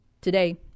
today